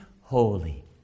holy